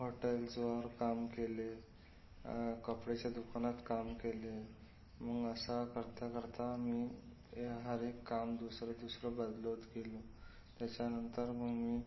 होटेल्सवर काम केले कपड्याच्या दुकानात काम केले मग असा करता करता मी हर एक काम दुसरं दुसरं बदलवत गेलो त्याच्यानंतर मग मी